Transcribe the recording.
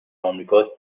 آمریکاست